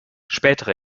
spätere